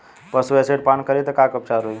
पशु एसिड पान करी त का उपचार होई?